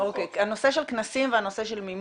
כי הנושא של כנסים ומימון,